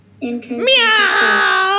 Meow